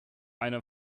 eine